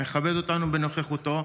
מכבד אותנו בנוכחותו,